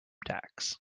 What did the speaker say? tacks